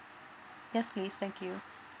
yes please thank you